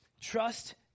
Trust